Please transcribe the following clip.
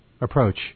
approach